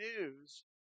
news